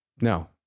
No